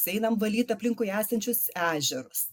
einam valyt aplinkui esančius ežerus